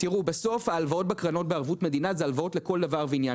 בסוף ההלוואות בקרנות בערבות מדינה זה הלוואות לכל דבר ועניין.